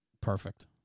Perfect